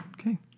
Okay